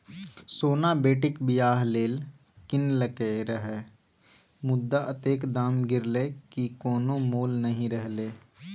सोना बेटीक बियाह लेल कीनलकै रहय मुदा अतेक दाम गिरलै कि कोनो मोल नहि रहलै